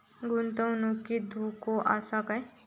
गुंतवणुकीत धोको आसा काय?